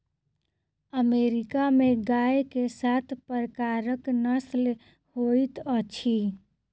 America में गाय के सात प्रकारक नस्ल होइत अछि